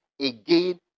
again